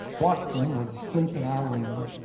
washburn was asleep in our room,